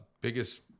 biggest